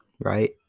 right